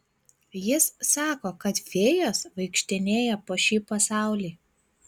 jis sako kad fėjos vaikštinėja po šį pasaulį